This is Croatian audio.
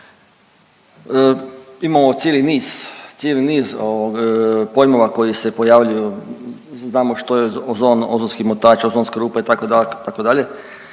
niz, cijeli niz pojmova koji se pojavljuju. Znamo što je ozon, ozonski omotač, ozonske rupe itd.